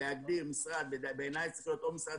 להגדיר משרד בעיניי זה צריך להיות או משרד